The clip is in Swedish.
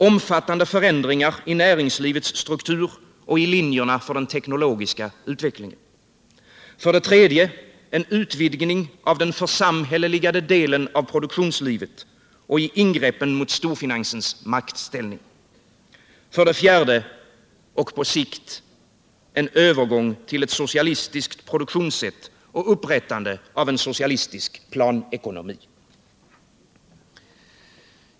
Omfattande förändringar i näringslivets struktur och linjerna för den teknologiska utvecklingen. 3. Utvidgning av den församhälleligade delen av produktionslivet och ingrepp mot storfinansens maktställning. 4. På sikt övergång till ett socialistiskt produktionssätt och upprättande av en socialistisk planekonomi.